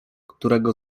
którego